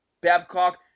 Babcock